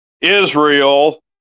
Israel